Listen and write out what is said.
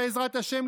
בעזרת השם,